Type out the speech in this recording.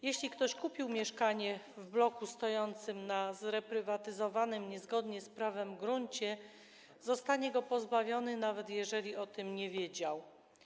Jeśli ktoś kupił mieszkanie w bloku stojącym na zreprywatyzowanym niezgodnie z prawem gruncie, zostanie go pozbawiony, jeżeli nawet o tym nie wiedział.